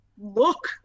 look